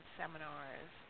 seminars